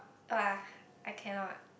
!wah! I cannot